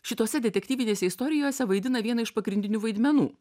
šitose detektyvinėse istorijose vaidina vieną iš pagrindinių vaidmenų